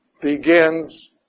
begins